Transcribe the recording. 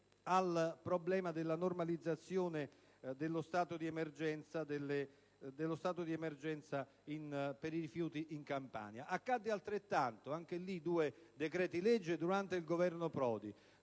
al problema della normalizzazione dello stato di emergenza per i rifiuti in Campania. Accadde altrettanto durante il Governo Prodi: